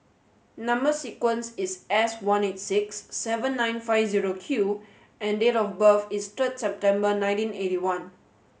number sequence is S one eight six seven nine five zero Q and date of birth is third September nineteen eighty one